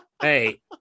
hey